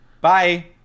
Bye